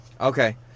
Okay